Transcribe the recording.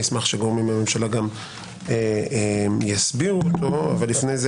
אשמח שגורמים בממשלה גם יסבירו אותו אבל לפני כן